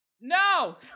no